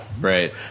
Right